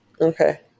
Okay